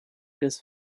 des